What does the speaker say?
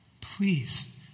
Please